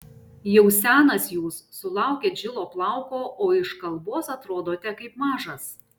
jau senas jūs sulaukėt žilo plauko o iš kalbos atrodote kaip mažas